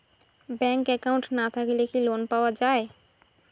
Bank account না থাকিলে কি লোন পাওয়া য়ায়?